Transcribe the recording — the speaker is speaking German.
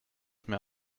mir